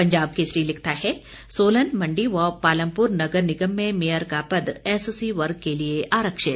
पंजाब केसरी लिखता है सोलन मंडी व पालमपुर नगर निगम में मेयर का पद एस सी वर्ग के लिए आरक्षित